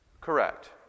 Correct